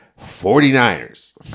49ers